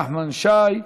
נחמן שי,